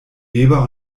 weber